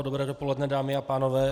Dobré dopoledne, dámy a pánové.